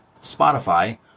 Spotify